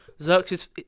Xerxes